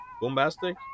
Bombastic